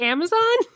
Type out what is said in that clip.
Amazon